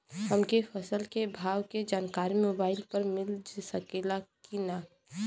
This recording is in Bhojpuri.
हमके फसल के भाव के जानकारी मोबाइल पर मिल सकेला की ना?